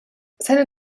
seine